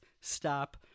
stop